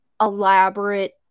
elaborate